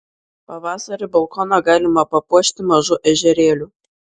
pavasarį balkoną galima papuošti mažu ežerėliu